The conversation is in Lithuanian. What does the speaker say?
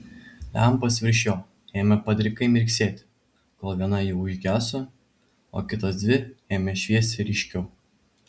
lempos virš jo ėmė padrikai mirksėti kol viena jų užgeso o kitos dvi ėmė šviesti ryškiau